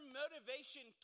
motivation